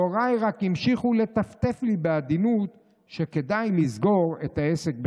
הוריי רק המשיכו לטפטף לי בעדינות שכדאי לסגור את העסק בשבת,